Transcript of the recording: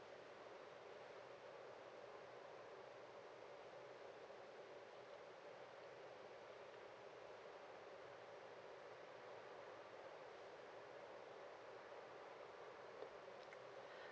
okay